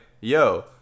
yo